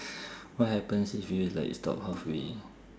what happens if you like stop halfway